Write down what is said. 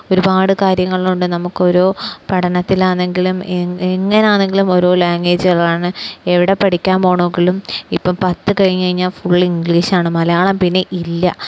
ഒരുപാട് കാര്യങ്ങളിലുണ്ട് നമുക്കോരോ പഠനത്തിലാണെങ്കിലും എങ്ങനെയാണെങ്കിലും ഓരോ ലാംഗ്വേജുകളാണ് എവിടെ പഠിക്കാൻ പോകണമെങ്കിലും ഇപ്പം പത്ത് കഴിഞ്ഞാല് ഫുള് ഇംഗ്ലീഷാണ് മലയാളം പിന്നെയില്ല